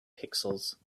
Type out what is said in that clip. pixels